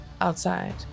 Outside